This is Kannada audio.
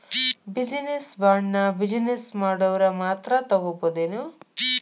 ಬಿಜಿನೆಸ್ ಬಾಂಡ್ನ ಬಿಜಿನೆಸ್ ಮಾಡೊವ್ರ ಮಾತ್ರಾ ತಗೊಬೊದೇನು?